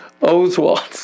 Oswald